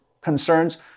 concerns